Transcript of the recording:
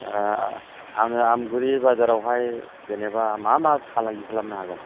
आंङो आमगुरि बाजारावहाय जेनेबा मा मा फालांगि खालामनो हागोन